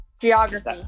Geography